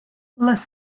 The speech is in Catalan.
les